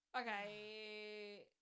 Okay